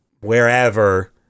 wherever